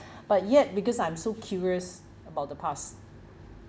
but yet because I'm so curious about the past